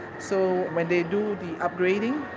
so when they do the upgrading,